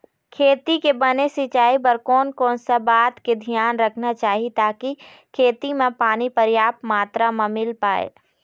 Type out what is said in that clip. खेती के बने सिचाई बर कोन कौन सा बात के धियान रखना चाही ताकि खेती मा पानी पर्याप्त मात्रा मा मिल पाए?